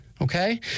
Okay